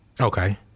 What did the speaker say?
Okay